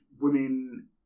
women